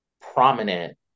prominent